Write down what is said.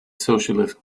socialist